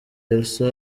elsa